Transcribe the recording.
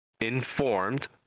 informed